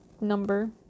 number